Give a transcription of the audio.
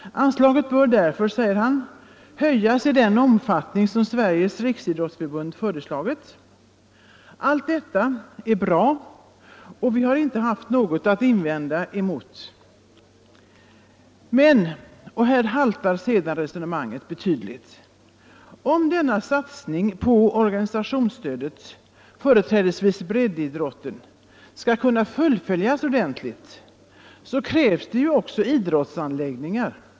Anslaget bör därför, säger hån, höjas i den omfattning som Sveriges riksidrottsförbund föreslagit. Allt detta är bra, och vi har inte haft något att invända däremot. Men -— och här haltar statsrådets resonemang betydligt — för att denna satsning på organisationsstödet, företrädesvis breddidrotten, skall kunna fullföljas ordentligt krävs ju också idrottsanläggningar.